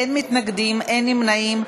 אין מתנגדים, אין נמנעים.